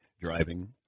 driving